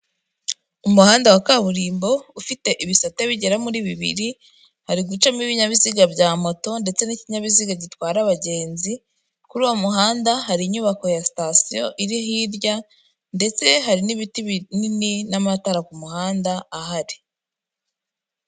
Umuhanda wa kaburimbo ufite ibisate bigera muri bibiri hari gucamo ibinyabiziga bya moto ndetse n'ikinyabiziga gitwara abagenzi kuri uwo muhanda hari inyubako ya sitasiyo iri hirya ndetse hari n'ibiti binini n'amatara ku muhanda ahari.